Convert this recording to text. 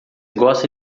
gosta